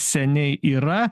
seniai yra